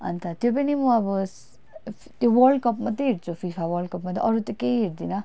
अन्त त्यो पनि मो आबो त्यो वर्ल्ड कप मत्रै हेर्चु फिफा वर्ल्ड कप मत्रै अरू त केइ हेर्दिन